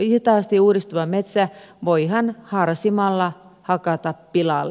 hitaasti uudistuva metsä voidaan harsimalla hakata pilalle